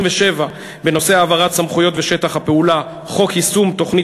על העברת הסמכויות ושטח הפעולה, כפי